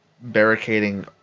barricading